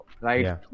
Right